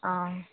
অ'